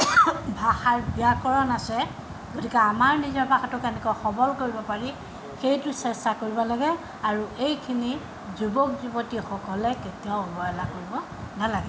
ভাষাৰ ব্য়াকৰণ আছে গতিকে আমাৰ নিজৰ ভাষাটোক কেনেকৈ সবল কৰিব পাৰি সেইটো চেষ্টা কৰিব লাগে আৰু এইখিনি যুৱক যুৱতীসকলে কেতিয়াও অৱহেলা কৰিব নালাগে